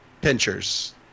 pinchers